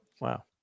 Wow